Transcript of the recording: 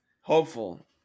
Hopeful